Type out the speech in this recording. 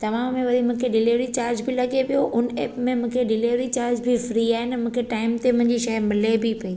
तव्हां में वरी मूंखे डिलीवरी चार्ज बि लॻे पियो उन ऐप में मूंखे डिलीवरी चार्ज बि फ्री आहे ऐं न टाइम ते मूंखे मुंहिंजी शइ मिले बि पई